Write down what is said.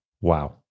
Wow